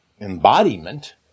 embodiment